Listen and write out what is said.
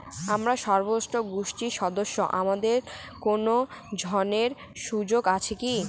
আমরা স্বয়ম্ভর গোষ্ঠীর সদস্য আমাদের কোন ঋণের সুযোগ আছে কি?